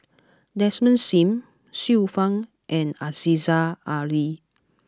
Desmond Sim Xiu Fang and Aziza Ali